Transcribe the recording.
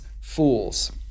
fools